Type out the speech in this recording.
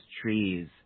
trees